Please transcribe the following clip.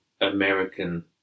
American